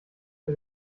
für